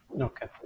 okay